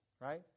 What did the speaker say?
Right